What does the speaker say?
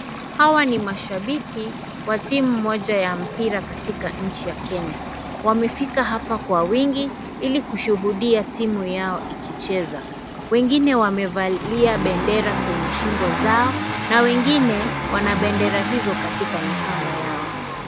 Hawa ni mashabiki wa timu moja ya mpira katika nchi ya Kenya. Wamefika hapa kwa wingi ili kushuhudia timu yao ikicheza. Wengine wamevalia bendera kwenye shingo zao na wengine wana bendera hizo katika mikono yao.